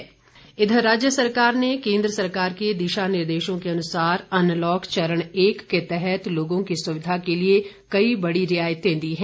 राज्य अनलॉक इधर राज्य सरकार ने केन्द्र सरकार के दिशा निर्देशों के अनुसार अनलॉक चरण एक के तहत लोगों की सुविधा के लिए कई बड़ी रियायतें दी हैं